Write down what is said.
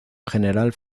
general